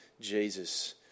Jesus